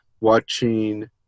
watching